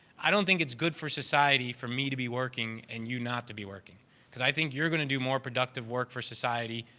i don't think it's good for society for me to be working and you not to be working because i think you're going to do a more productive work for society,